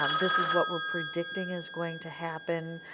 um this is what we are predicting is going to happen.